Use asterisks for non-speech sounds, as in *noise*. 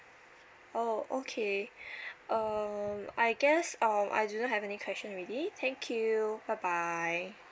oh okay *breath* um I guess um I do not have any question already thank you bye bye